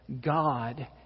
God